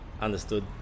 Understood